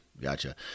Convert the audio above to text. gotcha